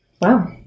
wow